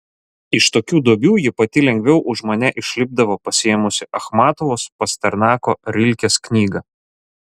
iš tokių duobių ji pati lengviau už mane išlipdavo pasiėmusi achmatovos pasternako rilkės knygą